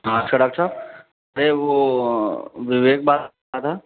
हाँ अच्छा डॉक्ट साब वो विवेक बात कर रहा था